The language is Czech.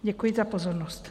Děkuji za pozornost.